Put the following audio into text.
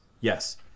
yes